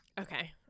Okay